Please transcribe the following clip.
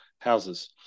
houses